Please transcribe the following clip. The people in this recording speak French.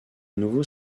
nouveau